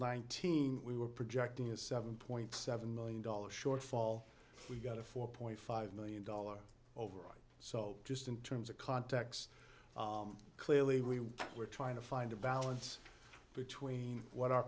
nineteen we were projecting a seven point seven million dollars shortfall we got a four point five million dollars overall so just in terms of context clearly we were trying to find a balance between what our